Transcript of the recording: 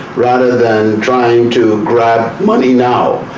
rather than trying to grab money now.